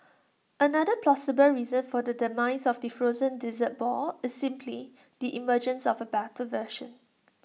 another plausible reason for the demise of the frozen dessert ball is simply the emergence of A better version